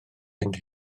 fynd